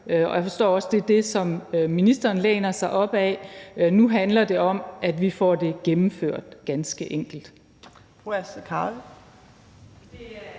og jeg forstår også, at det er det, som ministeren læner sig op ad. Nu handler det om, at vi får det gennemført, ganske enkelt.